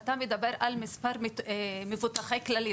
אתה מדבר על מספר מבוטחי כללית.